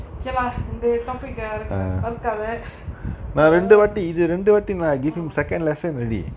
okay lah இன்றைய:indraiya topic ah arka~ !aiyo! mm